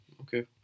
Okay